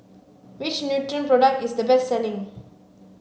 which Nutren product is the best selling